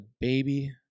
baby